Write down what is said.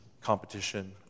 competition